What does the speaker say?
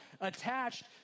attached